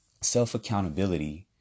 self-accountability